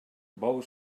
bou